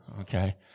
okay